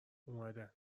اومدن